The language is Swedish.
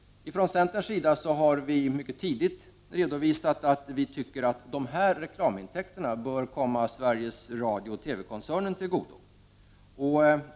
Från centerns sida har vi mycket tidigt redovisat att vi anser att dessa reklamintäkter bör komma Sveriges Radio och TV-koncernen till godo.